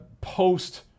post